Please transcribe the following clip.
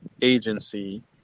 agency